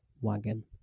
wagon